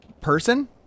person